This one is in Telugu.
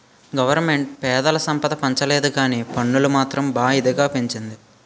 గవరమెంటు పెజల సంపద పెంచలేదుకానీ పన్నులు మాత్రం మా ఇదిగా పెంచింది